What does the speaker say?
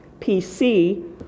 PC